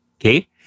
Okay